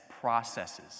processes